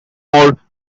more